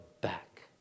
back